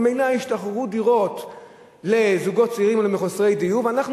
ממילא ישתחררו דירות לזוגות צעירים ולמחוסרי דיור ואנחנו